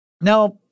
Now